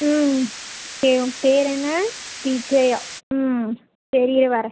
ம் ஏ உன் பேர் என்ன விஜயா ம் சரி இரு வர்றேன்